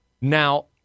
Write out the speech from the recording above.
Now